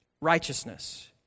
righteousness